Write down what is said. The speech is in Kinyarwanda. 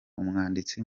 umwanditsi